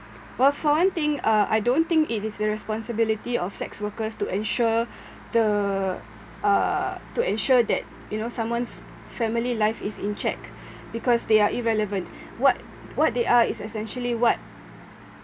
well for one thing uh I don't think it is a responsibility of sex workers to ensure the uh to ensure that you know someone's family life is in check because they are irrelevant what what they are is essentially what